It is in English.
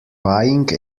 buying